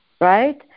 right